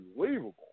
unbelievable